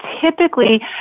typically